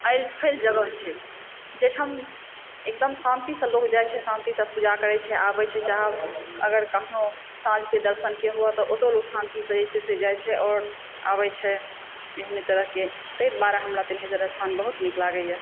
L फैल जगह छै जाहिठाम एकदम शांति सॅं लोक जाइ छै शांति सॅं पूजा करै छै अबै छै चाहे अगर कखनो साँझ के दर्शन के हुए तऽ ओतऽ लोक शांति सॅं जाइ छै आओर अबै छै एहने तरह के तैं दुआरे हमरा तिलहेश्वर स्थान बहुत नीक लागैया